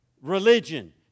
religion